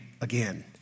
again